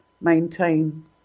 maintain